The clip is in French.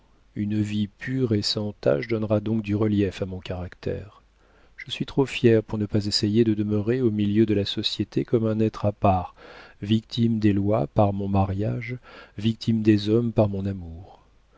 une vie pure et sans tache donnera donc du relief à mon caractère je suis trop fière pour ne pas essayer de demeurer au milieu de la société comme un être à part victime des lois par mon mariage victime des hommes par mon amour